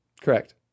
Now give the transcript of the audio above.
Correct